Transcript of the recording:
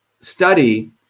study